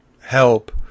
help